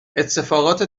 اتفاقات